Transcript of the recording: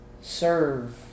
serve